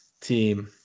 team